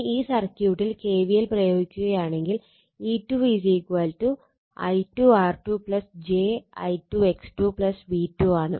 ഇനി ഈ സർക്യൂട്ടിൽ kvl പ്രയോഗിക്കുകയാണെങ്കിൽ E2 I2 R2 j I2 X2 V2 എന്നതാണ്